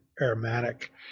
aromatic